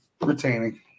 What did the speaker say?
retaining